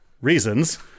reasons